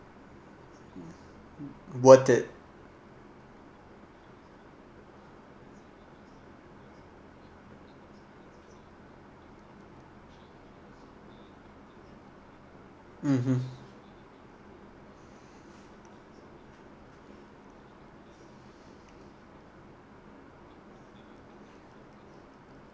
worth it (uh huh)